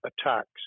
attacks